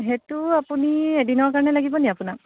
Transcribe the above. সেইটো আপুনি এদিনৰ কাৰণে লাগিবনি আপোনাক